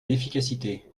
l’efficacité